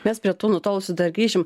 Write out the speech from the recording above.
mes prie tų nutolusių dar grįšim